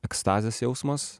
ekstazės jausmas